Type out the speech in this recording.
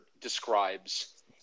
describes –